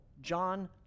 John